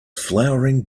flowering